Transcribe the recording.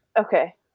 Okay